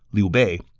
liu bei,